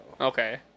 Okay